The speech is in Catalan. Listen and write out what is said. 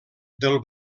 del